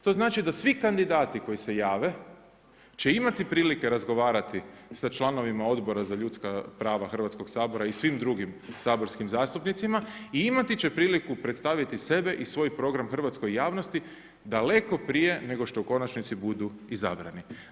To znači da svi kandidati koji se jave će imati prilike razgovarati sa članovima Odbora za ljudska prava Hrvatskog sabora i svim drugim saborskim zastupnicima, i imati će priliku predstaviti sebe i svoj program hrvatskoj javnosti daleko prije nego što u konačnici budu izabrani.